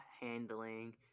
handling